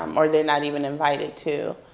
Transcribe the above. um or they're not even invited to.